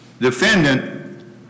Defendant